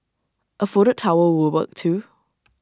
A folded towel would work too